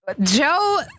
Joe